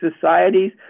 societies